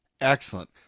Excellent